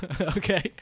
Okay